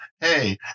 Hey